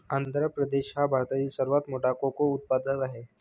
आंध्र प्रदेश हा भारतातील सर्वात मोठा कोको उत्पादक आहे